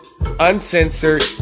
Uncensored